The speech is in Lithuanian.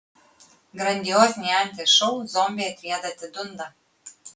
grandioziniai anties šou zombiai atrieda atidunda